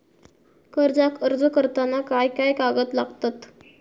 कर्जाक अर्ज करताना काय काय कागद लागतत?